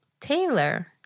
Taylor